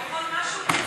הוא יכול מה שהוא רוצה.